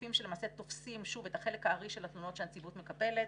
הגופים שלמעשה תופסים את החלק הארי של התלונות שהנציבות מקבלת,